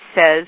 says